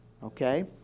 Okay